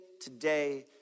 today